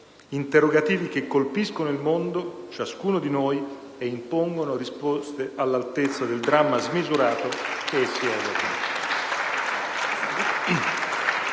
interrogativi che colpiscono il mondo e ciascuno di noi e impongono risposte all'altezza del dramma smisurato che essi evocano.